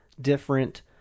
different